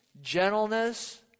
Gentleness